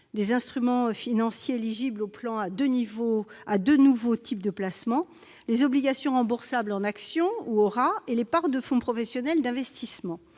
des instruments financiers éligibles au plan en l'ouvrant à de nouveaux types de placements, les obligations remboursables en actions, les ORA, et les parts de fonds professionnels d'investissement.